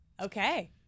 Okay